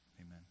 Amen